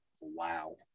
Wow